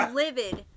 livid